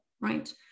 right